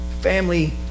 Family